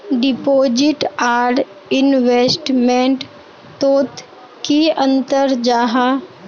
Deposit आर investment तोत की अंतर जाहा?